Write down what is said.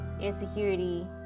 insecurity